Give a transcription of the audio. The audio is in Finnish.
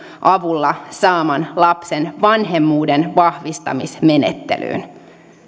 avulla saaman lapsen vanhemmuuden vahvistamismenettelyyn